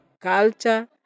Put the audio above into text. culture